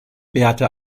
beate